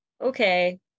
Okay